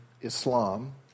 Islam